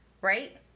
Right